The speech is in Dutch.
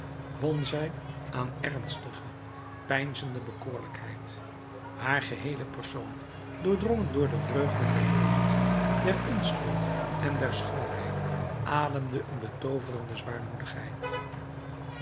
won zij aan ernstige peinzende bekoorlijkheid haar geheele persoon doordrongen door de vreugden der jeugd der onschuld en der schoonheid ademde een betooverende zwaarmoedigheid